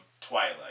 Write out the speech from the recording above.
Twilight